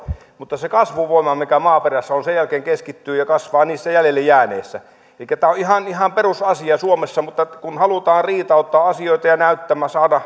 mutta se kasvuvoima mikä maaperässä on sen jälkeen keskittyy ja kasvaa niissä jäljelle jääneissä elikkä tämä on ihan ihan perusasia suomessa mutta kun halutaan riitauttaa asioita ja